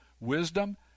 wisdom